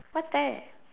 what type